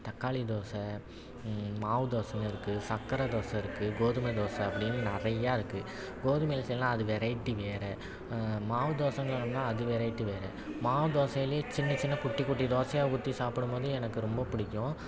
தக்காளி தோசை மாவு தோசைனு இருக்குது சக்கரை தோசை இருக்குது கோதுமை தோசை அப்படினு நிறைய இருக்குது கோதுமையில் செய்யலாம் அது வெரைட்டி வேறு மாவு தோசைனு சொன்னோம்னா அது வெரைட்டி வேறு மாவு தோசையிலேயே சின்ன சின்ன குட்டி குட்டி தோசையாக ஊற்றி சாப்பிடும் போது எனக்கு ரொம்ப பிடிக்கும்